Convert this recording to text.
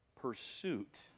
pursuit